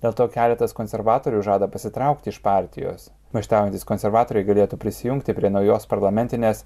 dėl to keletas konservatorių žada pasitraukti iš partijos maištaujantys konservatoriai galėtų prisijungti prie naujos parlamentinės